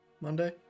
Monday